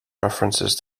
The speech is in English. references